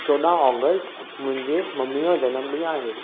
चोडहं August मुंहिंजे ममीअ ओ जनमु ॾींहुं आहे